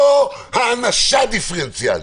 לא הענשה דיפרנציאלית.